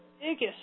biggest